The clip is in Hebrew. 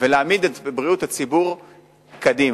ולהעמיד את בריאות הציבור לפניהם.